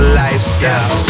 lifestyle